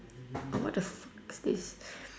what the fuck is this